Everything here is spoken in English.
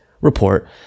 report